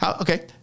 okay